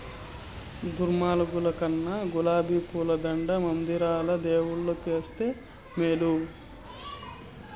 దుర్మార్గుల కన్నా గులాబీ పూల దండ మందిరంల దేవుడు కేస్తే మేలు